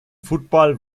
football